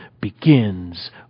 begins